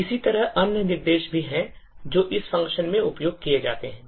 इसी तरह अन्य निर्देश भी हैं जो इस function में उपयोग किए जाते हैं